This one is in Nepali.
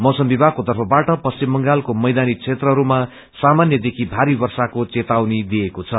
मौसम विभागको तर्फबाट पश्चिम बंगालको मैदानी क्षेत्रहरूमा सामान्य देखी भारी वर्षाक्रो चेतावनी दिइएको छ